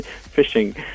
Fishing